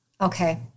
Okay